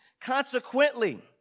Consequently